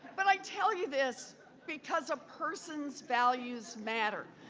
but i tell you this because a person's values matter.